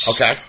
Okay